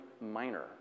minor